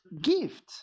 gift